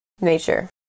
Nature